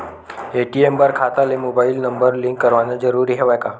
ATM बर खाता ले मुबाइल नम्बर लिंक करवाना ज़रूरी हवय का?